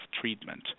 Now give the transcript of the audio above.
treatment